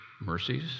mercies